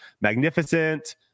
Magnificent